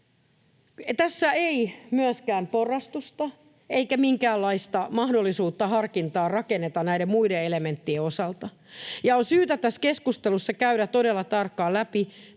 Tässä ei myöskään porrastusta eikä minkäänlaista mahdollisuutta harkintaan rakenneta näiden muiden elementtien osalta, ja on syytä tässä keskustelussa käydä todella tarkkaan läpi,